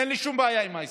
אין לי שום בעיה עם ההסכם.